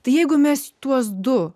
tai jeigu mes tuos du